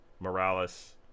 morales